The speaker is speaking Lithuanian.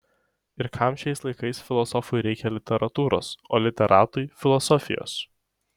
ir kam šiais laikais filosofui reikia literatūros o literatui filosofijos